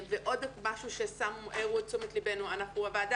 ועוד משהו שהעירו את תשומת ליבנו אליו הוועדה